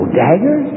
dagger